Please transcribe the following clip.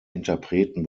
interpreten